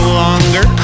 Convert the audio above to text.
longer